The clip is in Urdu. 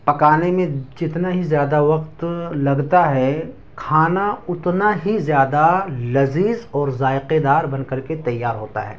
پکانے میں جتنا ہی زیادہ وقت لگتا ہے کھانا اتنا ہی زیادہ لذیذ اور ذائقے دار بن کر کے تیار ہوتا ہے